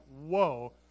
whoa